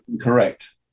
correct